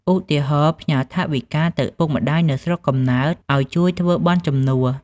ឧទាហរណ៍ ផ្ញើថវិកាទៅឪពុកម្ដាយនៅឯស្រុកកំណើតឱ្យជួយធ្វើបុណ្យជំនួស។